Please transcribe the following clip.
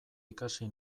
ikasi